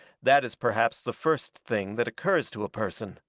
that is perhaps the first thing that occurs to a person.